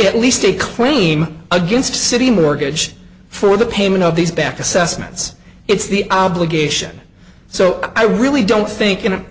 at least a claim against citi mortgage for the payment of these back assessments it's the obligation so i really don't think it